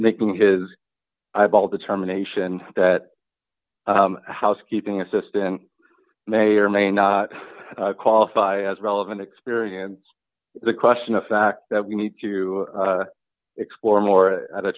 making his eyeball determination that housekeeping assistant may or may not qualify as relevant experience the question of fact that we need to explore more at a